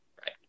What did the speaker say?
Right